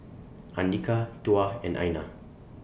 Andika Tuah and Aina